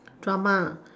drama